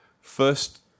first